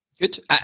Good